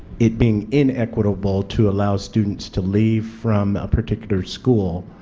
it being inequitable to allow students to leave from a particular school,